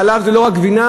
חלב זה לא רק גבינה,